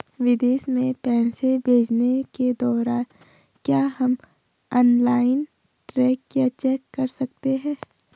विदेश में पैसे भेजने के दौरान क्या हम ऑनलाइन ट्रैक या चेक कर सकते हैं?